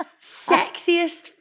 sexiest